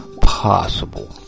possible